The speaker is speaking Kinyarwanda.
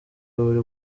buri